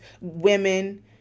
women